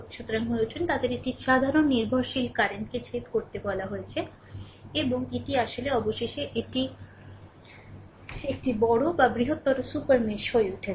সুতরাং হয়ে উঠুন তাদের একটি সাধারণ নির্ভরশীল কারেন্ট কে ছেদ করতে বলা হয়েছে এবং এটি আসলে অবশেষে এটি একটি বড় বা বৃহত্তর সুপার মেশ হয়ে উঠেছে